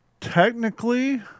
technically